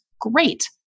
Great